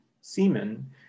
semen